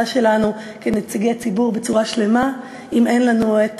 שלנו כנציגי ציבור בצורה שלמה אם אין לנו את